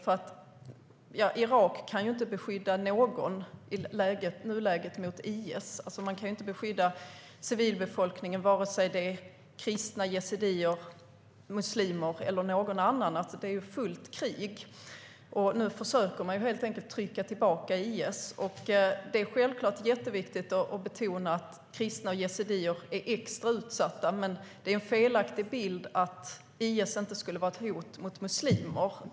Irak kan ju inte i nuläget beskydda någon mot IS. Man kan inte skydda civilbefolkningen oavsett om det är kristna, yazidier, muslimer eller någon annan grupp. Det är fullt krig. Nu försöker man trycka tillbaka IS. Det är självklart viktigt att betona att kristna och yazidier är extra utsatta, men det är en felaktig bild att IS inte skulle vara ett hot också mot muslimer.